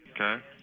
Okay